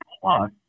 Plus